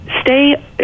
Stay